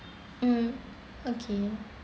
mm